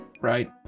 right